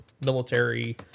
military